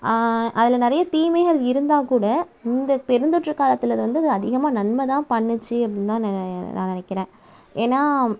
அதில் நிறையா தீமைகள் இருந்தால் கூட இந்த பெருந்தொற்று காலத்தில் அது வந்து அதிகமாக நன்மைதான் பண்ணுச்சு அப்படின்னுதான் நான் நினைக்கிறேன் ஏனால்